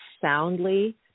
soundly